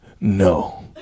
no